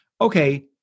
okay